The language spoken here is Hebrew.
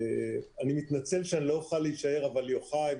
אני מתנצל שאני לא אוכל להישאר אבל יוחאי,